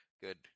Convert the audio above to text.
good